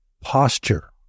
posture